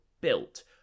built